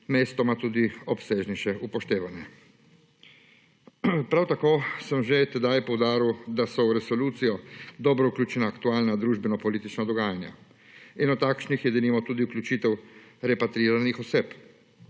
mestoma tudi obsežnejše upoštevane. Prav tako sem že tedaj poudaril, da so v resolucijo dobro vključena aktualna družbeno politična dogajanja. Eno takšnih je denimo tudi vključitev repatriiranih oseb.